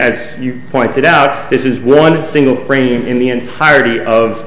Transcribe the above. as you pointed out this is one single frame in the entirety of